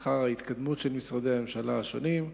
אחר ההתקדמות של משרדי הממשלה השונים,